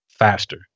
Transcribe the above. faster